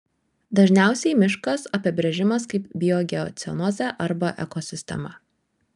dažniausiai miškas apibrėžimas kaip biogeocenozė arba ekosistema